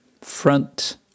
front